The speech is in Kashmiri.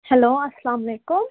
ہیٚلو اسلامُ علیکُم